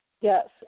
Yes